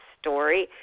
story